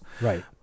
Right